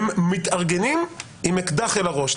הם מתארגנים עם אקדח אל הראש,